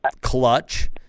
Clutch